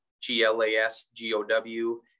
G-L-A-S-G-O-W